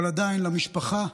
אבל עדיין, למשפחה,